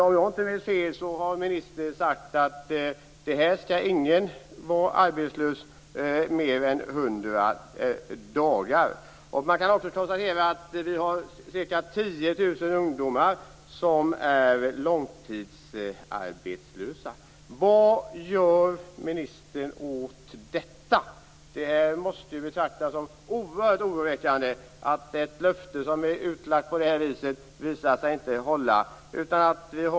Om jag inte minns fel, har ministern sagt att ingen skall behöva gå arbetslös mer än 100 dagar. Det finns ca 10 000 ungdomar som är långtidsarbetslösa. Vad gör ministern åt detta? Det måste betraktas som oerhört oroväckande att ett sådant löfte inte visat sig hålla.